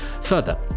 Further